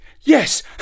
Yes